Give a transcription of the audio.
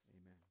amen